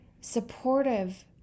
supportive